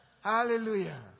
Hallelujah